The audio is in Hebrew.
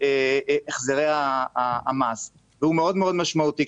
החזרי המס והוא מאוד מאוד משמעותי.